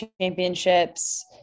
championships